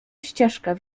ścieżkę